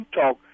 talk